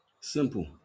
Simple